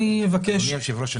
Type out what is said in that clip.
אדוני היושב ראש,